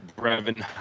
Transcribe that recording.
Brevin